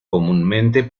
comúnmente